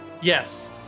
Yes